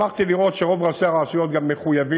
שמחתי גם לראות שרוב ראשי הרשויות מחויבים